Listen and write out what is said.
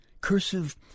Cursive